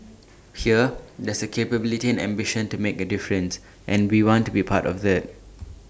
here there's capability and ambition to make A difference and we want to be A part of that